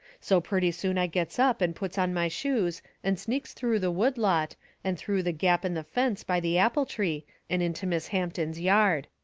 so purty soon i gets up and puts on my shoes and sneaks through the wood-lot and through the gap in the fence by the apple tree and into miss hampton's yard.